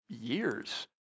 years